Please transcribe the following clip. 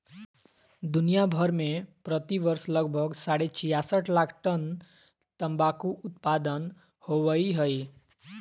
दुनिया भर में प्रति वर्ष लगभग साढ़े छियासठ लाख टन तंबाकू उत्पादन होवई हई,